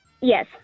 Yes